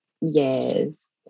yes